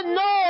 no